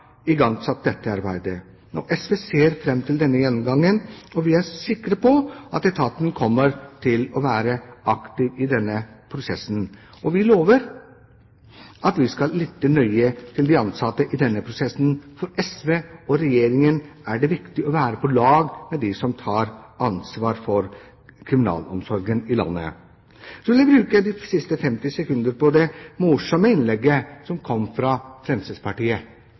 igangsatt dette arbeidet. SV ser fram til denne gjennomgangen. Vi er sikre på at etaten kommer til å være aktiv i denne prosessen, og vi lover at vi skal lytte nøye til de ansatte. For SV og Regjeringen er det viktig å være på lag med dem som tar ansvar for kriminalomsorgen i landet. Så vil jeg bruke de siste 50 sekundene på det morsomme innlegget fra Fremskrittspartiet.